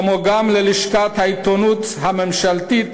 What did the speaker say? וגם ללשכת העיתונות הממשלתית